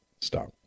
Stop